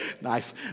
Nice